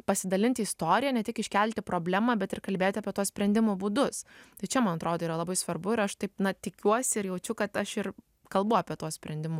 pasidalinti istorija ne tik iškelti problemą bet ir kalbėti apie to sprendimo būdus tai čia man atrodo yra labai svarbu ir aš taip na tikiuosi ir jaučiu kad aš ir kalbu apie tuos sprendimų